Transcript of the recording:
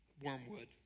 Wormwood